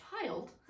Child